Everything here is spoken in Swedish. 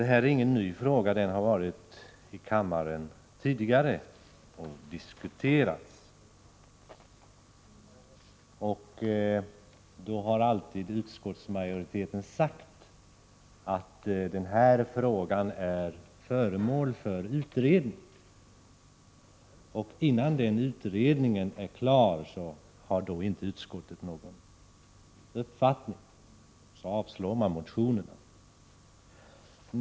Det här är ingen ny fråga, utan den har varit uppe i riksdagen tidigare. Då har alltid utskottsmajoriteten sagt att frågan är föremål för utredning och att utskottet inte har någon uppfattning innan utredningen är klar — och så har kammaren avslagit motionen.